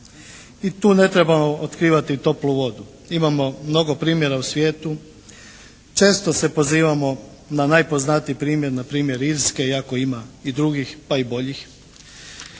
I tu ne trebamo otkrivati toplu vodu. Imamo mnogo primjera u svijetu. Često se pozivamo na najpoznatiji primjer, na primjer Irske, iako ima i drugih pa i boljih.